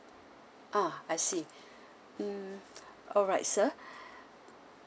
ah I see mm alright sir